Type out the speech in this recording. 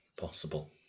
Possible